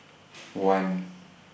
one